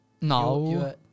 No